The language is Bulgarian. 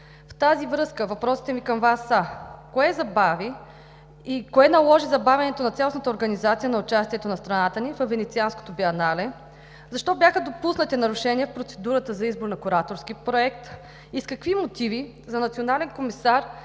В тази връзка въпросите ми към Вас са: кое забави и кое наложи забавянето на цялостната организация на участието на страната ни във Венецианското биенале, защо бяха допуснати нарушения в процедурата за избор на кураторски проект и с какви мотиви за национален комисар